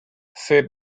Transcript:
said